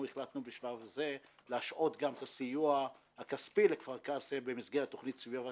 החלטנו בשלב זה להשעות את הסיוע הכספי לכפר קאסם במסגרת תוכנית סביבה